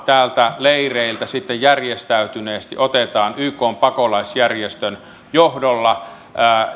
leireiltä sitten järjestäytyneesti otetaan ykn pakolaisjärjestön johdolla